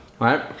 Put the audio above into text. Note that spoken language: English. right